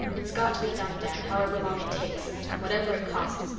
it's got to be done, dad, however long it takes, and whatever it costs,